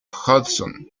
hudson